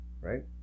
right